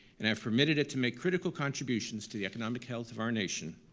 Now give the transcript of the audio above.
and have permitted it to make critical contributions to the economic health of our nation